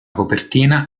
copertina